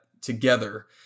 together